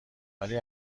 ولی